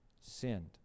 sinned